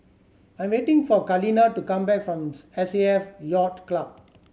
I'm waiting for Kaleena to come back from S A F Yacht Club